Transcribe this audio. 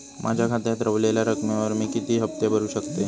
माझ्या खात्यात रव्हलेल्या रकमेवर मी किती हफ्ते भरू शकतय?